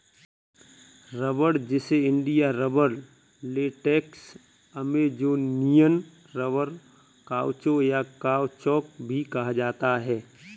रबड़, जिसे India rubber, latex, Amazonian rubber, काउचो, या काउचौक भी कहा जाता है